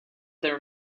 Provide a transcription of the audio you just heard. their